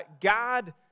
God